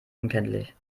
unkenntlich